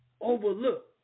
overlook